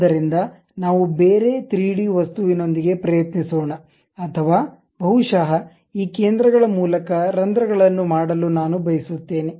ಆದ್ದರಿಂದ ನಾವು ಬೇರೆ 3 ಡಿ ವಸ್ತುವಿನೊಂದಿಗೆ ಪ್ರಯತ್ನಿಸೋಣ ಅಥವಾ ಬಹುಶಃ ಈ ಕೇಂದ್ರಗಳ ಮೂಲಕ ರಂಧ್ರಗಳನ್ನು ಮಾಡಲು ನಾನು ಬಯಸುತ್ತೇನೆ